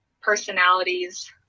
personalities